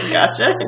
Gotcha